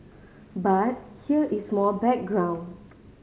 but here is more background